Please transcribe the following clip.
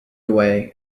away